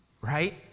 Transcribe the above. right